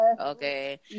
okay